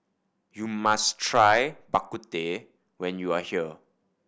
you must try Bak Kut Teh when you are here